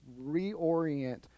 reorient